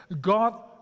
God